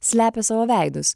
slepia savo veidus